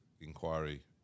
inquiry